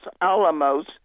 Alamos